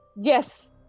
yes